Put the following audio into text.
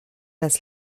das